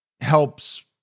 helps